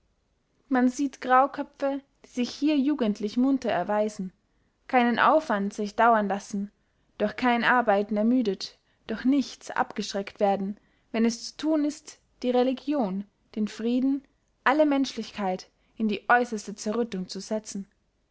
man sieht grauköpfe die sich hier jugendlich munter erweisen keinen aufwand sich dauern lassen durch kein arbeiten ermüdet durch nichts abgeschreckt werden wenn es zu thun ist die religion den frieden alle menschlichkeit in die äusserste zerrüttung zu setzen